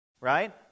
Right